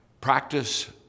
practice